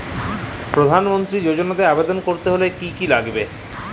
প্রধান মন্ত্রী যোজনাতে আবেদন করতে হলে কি কী লাগবে?